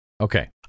Okay